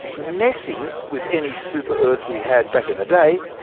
messing with any super-earths we had back in the day,